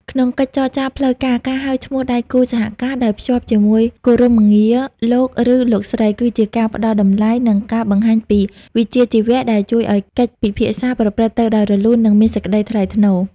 ក្នុងកិច្ចចរចាផ្លូវការ ការហៅឈ្មោះដៃគូសហការដោយភ្ជាប់ជាមួយគោរមងារ "លោក" ឬ "លោកស្រី" គឺជាការផ្តល់តម្លៃ និងការបង្ហាញពីវិជ្ជាជីវៈដែលជួយឱ្យកិច្ចពិភាក្សាប្រព្រឹត្តទៅដោយរលូន និងមានសេចក្ដីថ្លៃថ្នូរ។